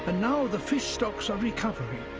ah now the fish stocks are recovering.